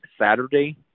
Saturday